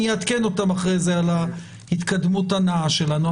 אעדכן אותם אחרי זה על ההתקדמות הנאה שלנו.